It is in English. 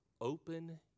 Open